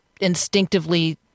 instinctively